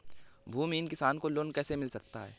भूमिहीन किसान को लोन कैसे मिल सकता है?